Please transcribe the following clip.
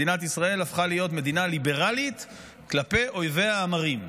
מדינת ישראל הפכה להיות מדינה ליברלית כלפי אויביה המרים.